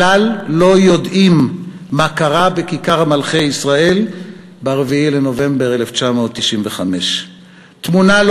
כלל לא יודעים מה קרה בכיכר מלכי-ישראל ב-4 בנובמבר 1995. תמונה לא